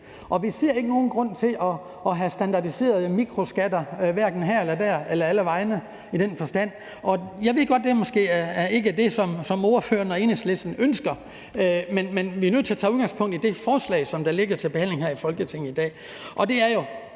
vi ser ikke nogen grund til at have standardiserede mikroskatter hverken her, der eller for så vidt nogen steder. Jeg ved godt, at det måske ikke er det, som spørgeren og Enhedslisten ønsker, men vi er nødt til at tage udgangspunkt i det forslag, som ligger til behandling her i Folketinget i dag.